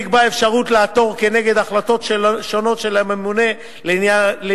נקבעה אפשרות לעתור נגד החלטות שונות של הממונה לעניין